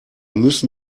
müssen